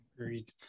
Agreed